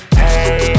hey